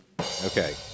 Okay